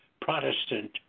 Protestant